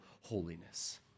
holiness